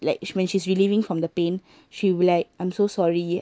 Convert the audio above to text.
like when she's relieving from the pain she'd be like I'm so sorry